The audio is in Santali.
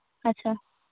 ᱟᱪᱪᱷᱟ